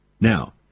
Now